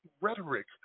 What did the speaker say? rhetoric